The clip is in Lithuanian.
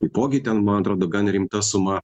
taipogi ten man atrodo gan rimta suma